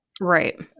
Right